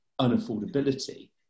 unaffordability